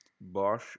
Bosch